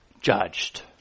judged